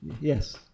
Yes